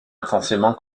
intensément